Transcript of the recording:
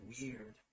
weird